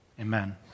Amen